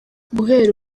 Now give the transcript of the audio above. guhera